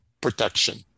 protection